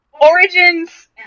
Origins